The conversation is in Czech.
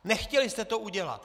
Nechtěli jste to udělat!